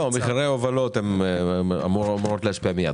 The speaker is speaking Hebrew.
לא, מחירי ההובלות אמורים להשפיע מיד.